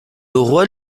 roi